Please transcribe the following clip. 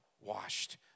washed